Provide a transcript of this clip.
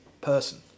person